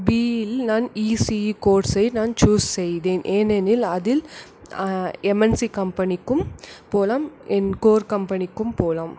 பிஇயில் நான் இசிஇ கோர்ஸை நான் சூஸ் செய்தேன் ஏனெனில் அதில் எம்என்சி கம்பெனிக்கும் போலாம் என் கோர் கம்பெனிக்கும் போலாம்